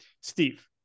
Steve